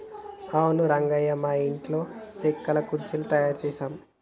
అవును రంగయ్య మా ఇంటిలో సెక్కల కుర్చీలు తయారు చేసాము